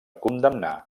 condemnar